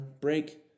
break